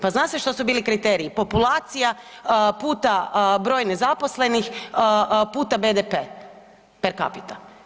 Pa zna se što su bili kriteriji, populacija puta broj nezaposlenih puta BDP, per capita.